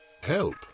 Help